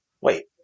wait